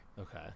Okay